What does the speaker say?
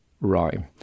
rhyme